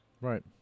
Right